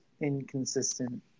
inconsistent